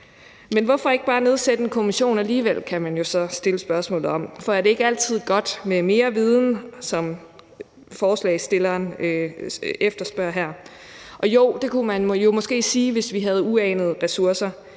Men hvorfor ikke bare nedsætte en kommission alligevel? kan man jo så spørge om. For er det ikke altid godt med mere viden, som forslagsstillerne efterspørger her? Og jo, det kunne man jo måske sige, hvis vi havde uanede ressourcer,